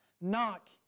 Knock